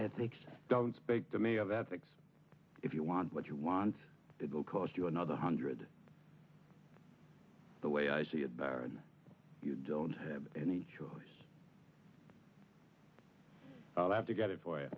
ethics don't speak to me of ethics if you want what you want to go cost you another hundred the way i see it barren you don't have any choice i have to get it for